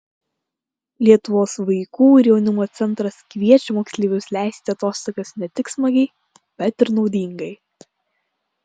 lietuvos vaikų ir jaunimo centras kviečia moksleivius leisti atostogas ne tik smagiai bet ir naudingai